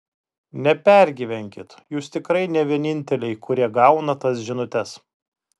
nepergyvenkit jūs tikrai ne vieninteliai kurie gauna tas žinutes